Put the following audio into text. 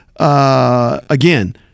Again